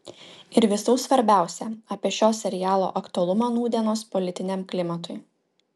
ir visų svarbiausia apie šio serialo aktualumą nūdienos politiniam klimatui